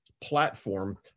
platform